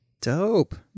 Dope